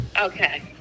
Okay